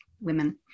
women